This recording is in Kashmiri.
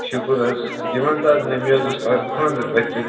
شُکُر حظ یہِ ؤنۍ تَو حظ مےٚ مےٚ حظ اوس پگاہ خانٛدَر بٔچی